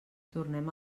tornem